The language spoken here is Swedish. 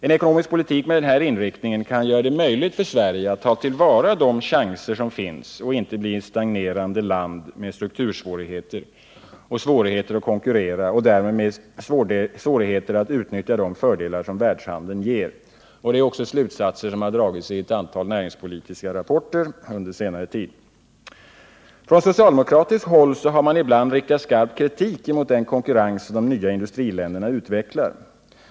En ekonomisk politik med denna inriktning kan göra det möjligt för Sverige att ta till vara de chanser som finns och inte bli ett stagnerande land med struktursvårigheter och svårigheter att konkurrera och därmed med svårigheter att utnyttja de fördelar som världshandeln ger. Detta är också slutsatser som har dragits i ett antal näringspolitiska rapporter under senare tid. Från socialdemokratiskt håll har ibland riktats skarp kritik mot den konkurrens de nya industriländerna utvecklar.